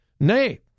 nay